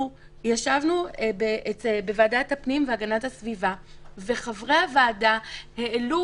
ישבנו בוועדת הפנים והגנת הסביבה וחברי הוועדה העלו